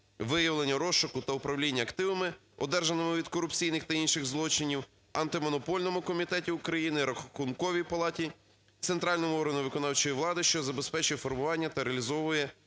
виявлення розшуку та управління активами, одержаними від корупційних та інших злочинів, Антимонопольному комітеті України, Рахунковій палаті, центральному органу виконавчої влади, що забезпечує формування та реалізовує